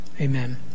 Amen